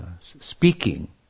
speaking